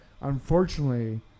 unfortunately